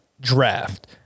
draft